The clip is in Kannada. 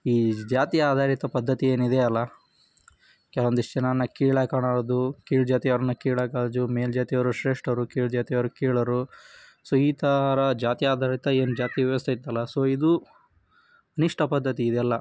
ಈ ಜಾತಿ ಆಧಾರಿತ ಪದ್ಧತಿ ಏನಿದೆಯಲ್ಲ ಕೆಲವೊಂದಿಷ್ಟು ಜನನ ಕೀಳಾಗಿ ಕಾಣೋದು ಕೀಳು ಜಾತಿಯವರನ್ನ ಕೀಳಾಗಜು ಮೇಲ್ಜಾತಿಯವರು ಶ್ರೇಷ್ಠರು ಕೀಳು ಜಾತಿಯವರು ಕೀಳರು ಸೊ ಈ ಥರ ಜಾತಿ ಆಧಾರಿತ ಏನು ಜಾತಿ ವ್ಯವಸ್ಥೆ ಇತ್ತಲ್ಲ ಸೊ ಇದು ಅನಿಷ್ಟ ಪದ್ಧತಿ ಇದೆಲ್ಲ